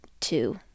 two